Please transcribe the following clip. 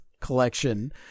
collection